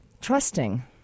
trusting